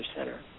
center